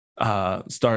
Start